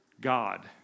God